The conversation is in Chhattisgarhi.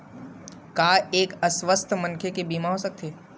का एक अस्वस्थ मनखे के बीमा हो सकथे?